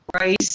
rice